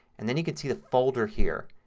and then you can see the folder here.